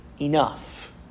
enough